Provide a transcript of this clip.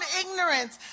ignorance